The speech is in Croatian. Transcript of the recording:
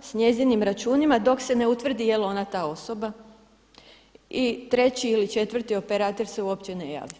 s njezinim računima dok se ne utvrdi jeli ona ta osoba i treći ili četvrti operater se uopće ne javio.